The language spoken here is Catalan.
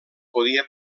podia